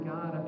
God